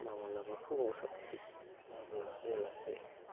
माब्लाबा फुङाव माब्लाबा बेलासे